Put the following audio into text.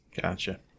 gotcha